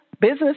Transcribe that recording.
business